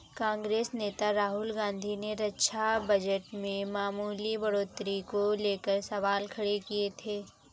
कांग्रेस नेता राहुल गांधी ने रक्षा बजट में मामूली बढ़ोतरी को लेकर सवाल खड़े किए थे